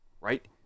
Right